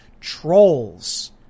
trolls